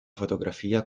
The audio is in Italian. fotografia